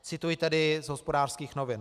Cituji tedy z Hospodářských novin: